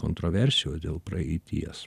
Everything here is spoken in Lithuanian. kontroversijos dėl praeities